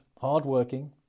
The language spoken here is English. hardworking